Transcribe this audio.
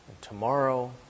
tomorrow